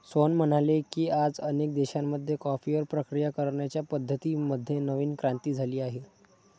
सोहन म्हणाले की, आज अनेक देशांमध्ये कॉफीवर प्रक्रिया करण्याच्या पद्धतीं मध्ये नवीन क्रांती झाली आहे